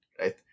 right